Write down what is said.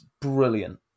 brilliant